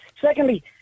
Secondly